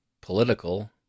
political